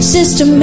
Sister